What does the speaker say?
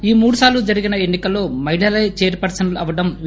ఈ మూడు సార్లు జరిగిన ఎన్నికల్లో మహిళలే చైర్ పర్సన్ అవడం విశేషం